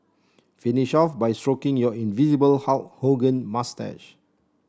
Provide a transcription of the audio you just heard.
finish off by stroking your invisible Hulk Hogan moustache